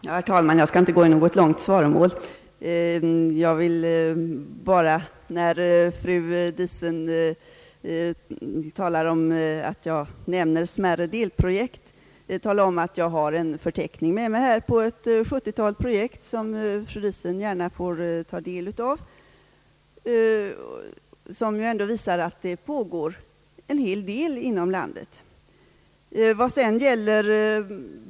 Herr talman! Jag skall inte gå in i något långt svaromål. Eftersom fru Diesen sade att jag nämnt smärre delprojekt, vill jag tala om att jag har en förteckning med mig, som omfattar ett 70 tal projekt. Fru Diesen får gärna ta del av denna förteckning, som visar att det ändå pågår en hel del inom landet.